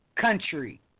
country